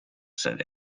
said